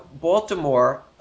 Baltimore